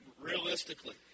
Realistically